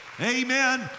Amen